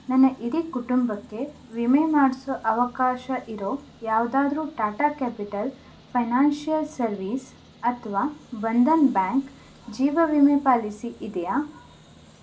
ನನ್ನ ಇಡೀ ಕುಟುಂಬಕ್ಕೆ ವಿಮೆ ಮಾಡಿಸೋ ಅವಕಾಶ ಇರೋ ಯಾವುದಾದ್ರೂ ಟಾಟಾ ಕ್ಯಾಪಿಟಲ್ ಫೈನಾನ್ಷಿಯಲ್ ಸರ್ವೀಸ್ ಅಥವಾ ಬಂಧನ್ ಬ್ಯಾಂಕ್ ಜೀವ ವಿಮೆ ಪಾಲಿಸಿ ಇದೆಯಾ